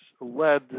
led